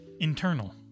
internal